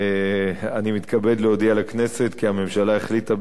אני מתכבד להודיע לכנסת כי הממשלה החליטה,